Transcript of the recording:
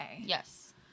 Yes